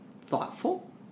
thoughtful